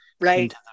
right